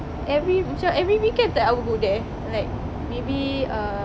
every macam every weekend that I would go there like maybe err